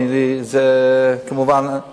זו שאלה, פוליטית,